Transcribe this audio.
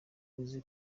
uzi